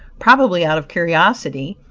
probably, out of curiosity,